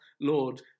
Lord